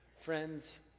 Friends